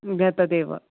एतत् एव